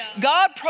God